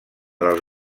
dels